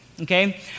okay